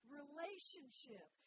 relationship